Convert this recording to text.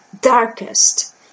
darkest